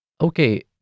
Okay